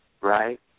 right